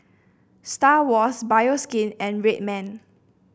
Star Awards Bioskin and Red Man